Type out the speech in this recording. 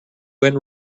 went